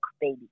baby